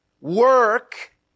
work